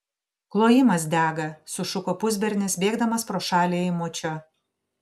klojimas dega sušuko pusbernis bėgdamas pro šalį eimučio